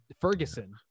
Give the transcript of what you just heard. Ferguson